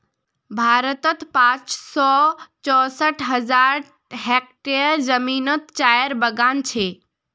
भारतोत पाँच सौ चौंसठ हज़ार हेक्टयर ज़मीनोत चायेर बगान छे